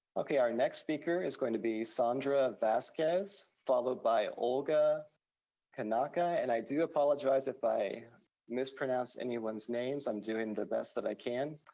okay, our next speaker is going to be sandra vasquez, followed by olga konakka. and i do apologize if i mispronounce anyone's names. i'm doing the best that i can.